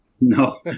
no